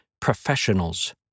professionals